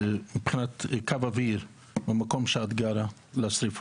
מבחינת קו אוויר מה המרחק במקום שאת גרה לשרפות?